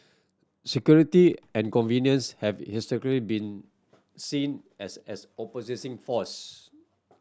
security and convenience have historically been seen as as opposing force